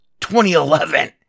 2011